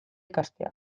ikastea